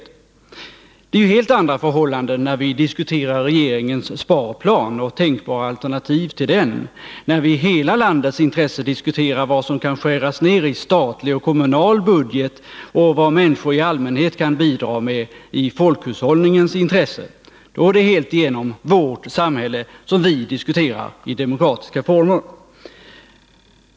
Men det är helt andra förhållanden när vi diskuterar regeringens sparplan och tänkbara alternativ till den, när vi i hela landets intresse diskuterar vad som kan skäras ned i statlig och kommunal budget och vad människor i allmänhet kan bidra med i folkhushållningens intresse. Då är det helt igenom vårt samhälle som vi diskuterar i demokratiska former.